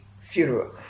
funeral